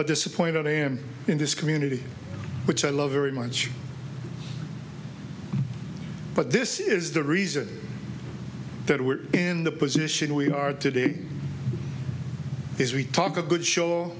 how disappointed i am in this community which i love very much but this is the reason that we're in the position we are today yes we talk a good show